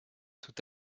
tout